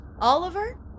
Oliver